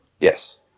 Yes